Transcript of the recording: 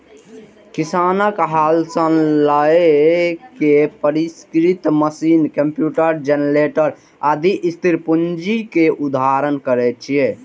किसानक हल सं लए के परिष्कृत मशीन, कंप्यूटर, जेनरेटर, आदि स्थिर पूंजी के उदाहरण छियै